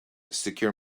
secure